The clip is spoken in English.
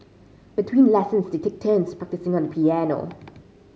between lessons they take turns practising on the piano